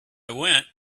went